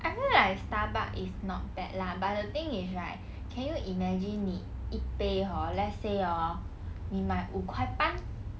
I feel like starbucks is not bad lah but the thing is right can you imagine 你一杯 hor let's say hor 你买五块半